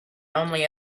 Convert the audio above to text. only